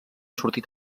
sortit